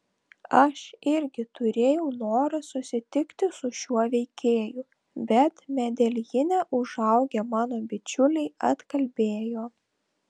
aš irgi turėjau norą susitikti su šiuo veikėju bet medeljine užaugę mano bičiuliai atkalbėjo